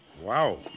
Wow